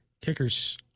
Kickers